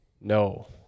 no